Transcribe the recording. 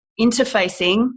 interfacing